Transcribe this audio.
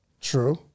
True